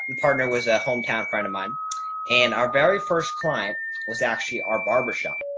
and partner was a hometown friend of mine and our very first client was actually our barbershop.